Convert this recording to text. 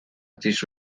اتیش